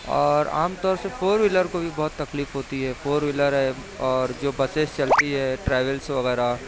اور عام طور سے فور ویلر کو بھی بہت تکلیف ہوتی ہے فور ویلر ہے اور جو بسیز چلتی ہے ٹریولس وغیرہ